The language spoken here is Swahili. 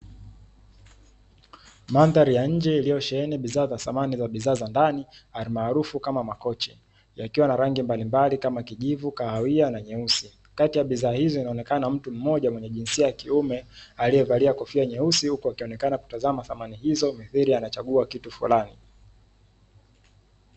Mandhari ya nje iliyosheheni bidhaa za samani za bidhaa za ndani, almaarufu kama makochi, yakiwa na rangi mbalimbali kama vile kijivu, kahawia, na nyeusi. Kati ya bidhaa hizi anaonekana mtu mmoja mwenye jinsia ya kiume aliyevalia kofia nyeusi huku akionekana kutazama samani hizo mithili anachagua kitu fulani.